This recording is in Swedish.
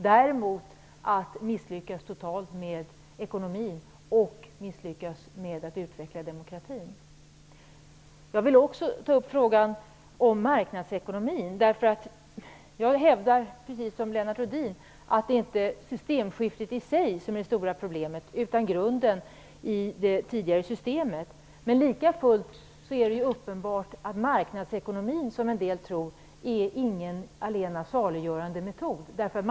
Däremot har man totalt misslyckats med ekonomin och med att utveckla demokratin. Jag vill också ta upp frågan om marknadsekonomin. Jag hävdar, precis som Lennart Rohdin, att det stora problemet inte är systemskiftet i sig utan grunden i det tidigare systemet. Men likafullt är det uppenbart att marknadsekonomin inte är någon allena saliggörande metod, som en del tror.